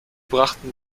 brachten